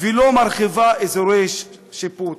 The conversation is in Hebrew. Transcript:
ולא מרחיבה אזורי שיפוט.